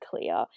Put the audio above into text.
clear